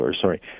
sorry